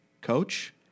coach